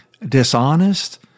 dishonest